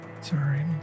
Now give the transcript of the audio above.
Sorry